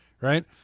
right